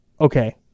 okay